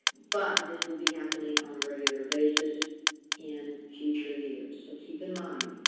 but and this will be happening on a regular basis in future use. so keep in mind,